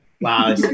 Wow